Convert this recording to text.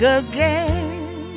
again